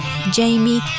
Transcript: Jamie